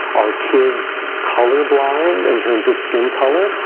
are kids colorblind in terms of skin color?